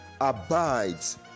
abides